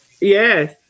Yes